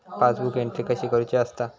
Passbook entry कशी करुची असता?